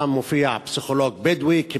מופיע שם פסיכולוג בדואי כבדיחה,